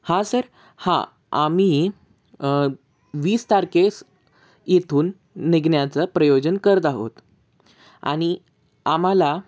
हा सर हां आम्ही वीस तारखेस इथून निघण्याचं प्रयोजन करत आहोत आणि आम्हाला